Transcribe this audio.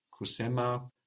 kusema